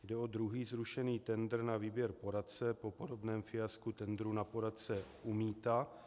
Jde o druhý zrušený tendr na výběr poradce po podobném fiasku tendru na poradce u mýta.